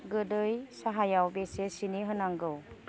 गोदै साहायाव बेसे सिनि होनांगौ